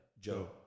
Joe